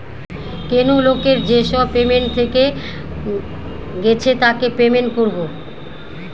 কেনো লোকের যেসব পেমেন্ট থেকে গেছে তাকে পেমেন্ট করবো